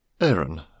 Aaron